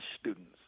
students